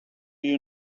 you